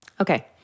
Okay